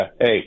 hey